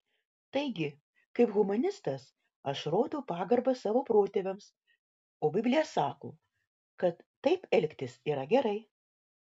taigi kaip humanistas aš rodau pagarbą savo protėviams o biblija sako kad taip elgtis yra gerai